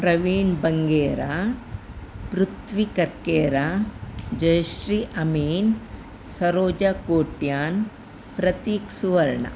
Praveen Bangera Prithvi Karkera Jayashree Amin Saroja Kotian Prateek Suvarna